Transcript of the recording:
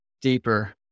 deeper